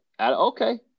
Okay